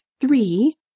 three